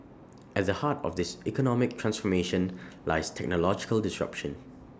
at the heart of this economic transformation lies technological disruption